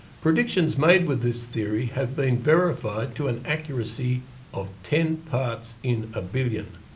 predictions made with this theory have been verified to an accuracy of ten parts in a billion.